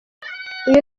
uyu